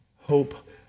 hope